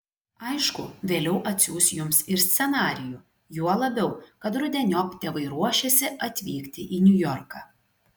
aišku vėliau atsiųs jums ir scenarijų juo labiau kad rudeniop tėvai ruošiasi atvykti į niujorką